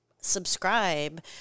subscribe